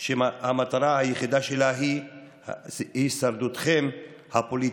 שהמטרה היחידה שלהן היא הישרדותכם הפוליטית.